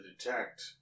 detect